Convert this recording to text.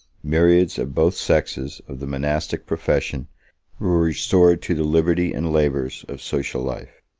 myriads of both sexes of the monastic profession were restored to the liberty and labors of social life.